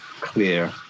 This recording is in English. clear